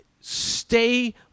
Stay